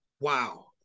wow